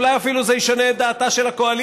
אולי זה אפילו ישנה את דעתה של הקואליציה,